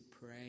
pray